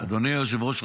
אדוני היושב-ראש,